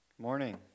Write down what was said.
Morning